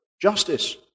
justice